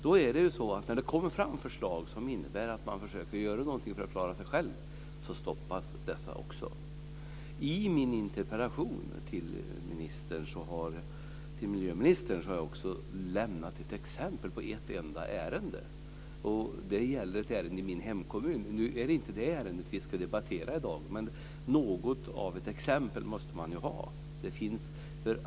När det kommer fram förslag som innebär att man försöker göra någonting för att klara sig själv stoppas dessa. I min interpellation till miljöministern har jag lämnat ett exempel på ett enda ärende. Det gäller ett ärende i min hemkommun. Nu är det inte det ärendet vi ska debattera i dag. Men man måste ju ha något exempel.